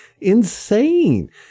insane